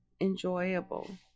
enjoyable